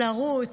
לרוץ,